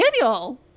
daniel